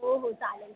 हो हो चालेल चालेल